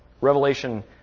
Revelation